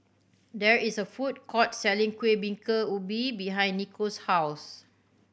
there is a food court selling Kueh Bingka Ubi behind Nico's house